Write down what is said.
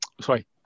sorry